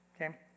okay